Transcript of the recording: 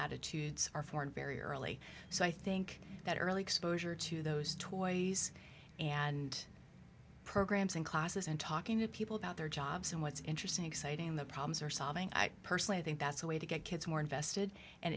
attitudes are for and very early so i think that early exposure to those toys and programs and classes and talking to people about their jobs and what's interesting exciting the problems are solving i personally think that's a way to get kids more invested and